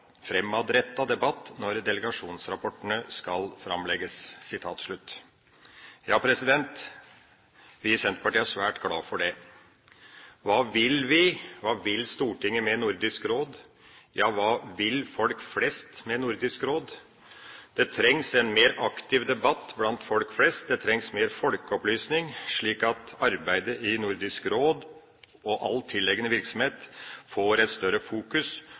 debatt når delegasjonsrapportene skal fremlegges.» Vi i Senterpartiet er svært glad for det. Hva vil vi? Hva vil Stortinget med Nordisk Råd, ja, hva vil folk flest med Nordisk Råd? Det trengs en mer aktiv debatt blant folk flest. Det trengs mer folkeopplysning, slik at arbeidet i Nordisk Råd og all tilliggende virksomhet får et større fokus,